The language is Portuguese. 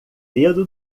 dedo